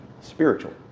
Spiritual